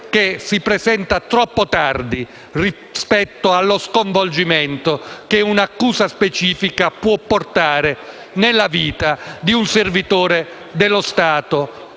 potrebbe presentarsi troppo tardi rispetto allo sconvolgimento che un'accusa specifica può portare nella vita di un servitore dello Stato